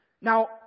Now